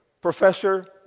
professor